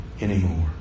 anymore